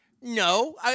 no